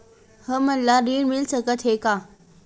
हमन ला ऋण मिल सकत हे का?